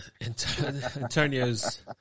Antonio's